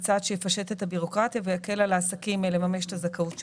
זה צעד שיפשט את הבירוקרטיה ויקל על העסקים לממש את הזכאות שלהם.